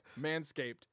Manscaped